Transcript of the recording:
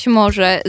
może